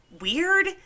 Weird